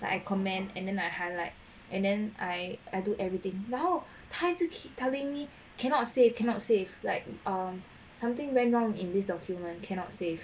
the comment and then I highlight and then I I do everything now 他 keep telling me cannot save cannot save like or something went wrong in this document cannot save